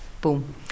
boom